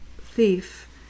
thief